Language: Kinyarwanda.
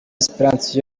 esperance